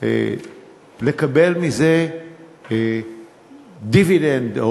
רק לקבל מזה דיבידנד,